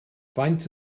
faint